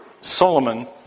Solomon